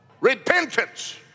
repentance